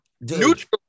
Neutral